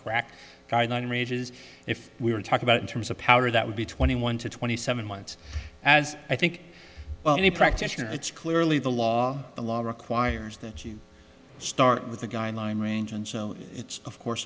crack guideline ranges if we were talking about in terms of power that would be twenty one to twenty seven months as i think any practitioner it's clearly the law the law requires that you start with the guideline range and so it's of course